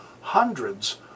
hundreds